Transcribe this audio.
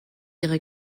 ihre